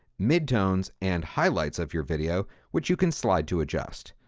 mid-tones, and highlights of your video, which you can slide to adjust.